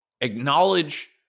Acknowledge